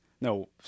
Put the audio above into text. No